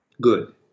good